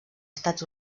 estats